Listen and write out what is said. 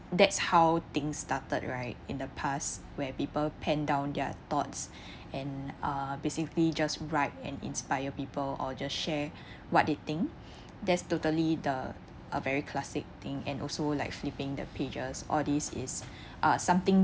that's how things started right in the past where people pen down their thoughts and uh basically just write and inspire people or just share what they think that's totally the a very classic thing and also like flipping the pages all this is uh something